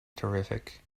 terrific